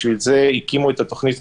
בשביל זה הקימו את התוכנית,